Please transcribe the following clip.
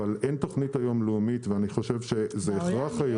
אבל אין היום תוכנית לאומית, ואני חושב שזה הכרח.